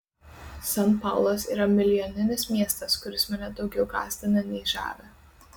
san paulas yra milijoninis miestas kuris mane daugiau gąsdina nei žavi